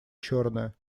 черная